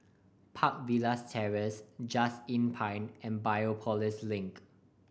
Park Villas Terrace Just Inn Pine and Biopolis Link